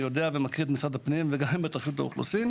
יודע ומכיר את משרד הפנים וגם את רשות האוכלוסין,